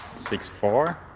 six four